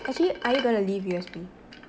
actually are you gonna leave U_S_P